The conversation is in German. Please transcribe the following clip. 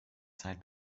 zeit